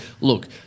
look